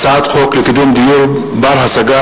הצעת חוק לקידום דיור בר-השגה,